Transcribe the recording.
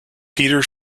peter